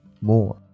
more